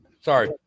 Sorry